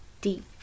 deep